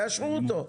תאשרו אותו.